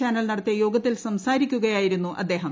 channel നട ത്തിയ യോഗത്തിൽ സംസാരിക്കുകയായിരുന്നു അദ്ദേഹം